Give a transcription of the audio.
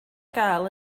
gael